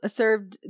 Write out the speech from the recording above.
served